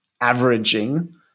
averaging